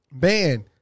man